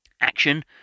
Action